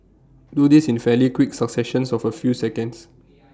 do this in fairly quick successions of A few seconds